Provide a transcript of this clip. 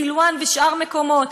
בסילואן ובשאר מקומות.